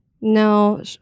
No